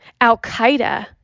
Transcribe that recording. Al-Qaeda